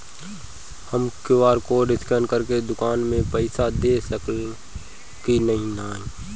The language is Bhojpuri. हम क्यू.आर कोड स्कैन करके दुकान में पईसा दे सकेला की नाहीं?